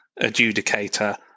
adjudicator